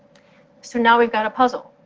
so now we've got a puzzle.